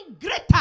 greater